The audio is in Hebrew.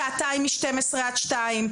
שעתיים מ-12:00 עד 14:00,